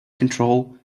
control